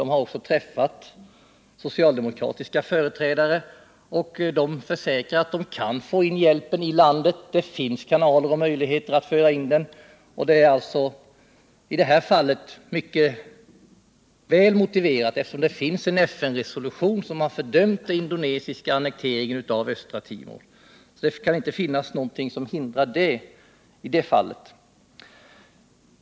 De har också träffat socialdemokratiska företrädare, och de försäkrar att det finns kanaler och möjligheter att föra in hjälpen i landet. Det är mycket väl motiverat att lämna hjälp i det här fallet, eftersom en FN-resolution har fördömt den indonesiska annekteringen av Östra Timor. Det kan inte finnas någonting som hindrar att denna hjälp lämnas.